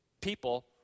people